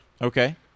Okay